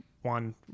one